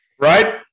Right